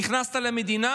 נכנסת למדינה